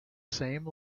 same